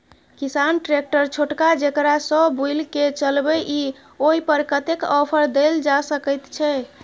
किसान ट्रैक्टर छोटका जेकरा सौ बुईल के चलबे इ ओय पर कतेक ऑफर दैल जा सकेत छै?